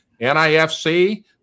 NIFC